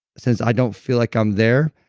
since i don't feel like i'm there,